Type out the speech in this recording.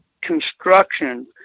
construction